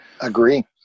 Agree